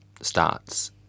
starts